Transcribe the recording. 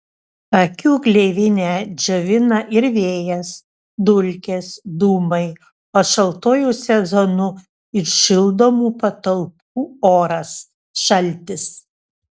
akių gleivinę džiovina ir vėjas dulkės dūmai o šaltuoju sezonu ir šildomų patalpų oras šaltis